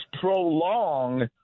prolong